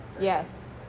yes